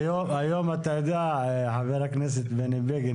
אתה יודע חבר הכנסת בגין,